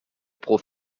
pro